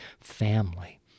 family